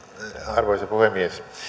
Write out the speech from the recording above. arvoisa puhemies